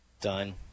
Done